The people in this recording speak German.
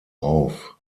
auf